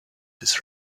his